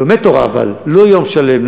או לומד תורה אבל לא יום שלם,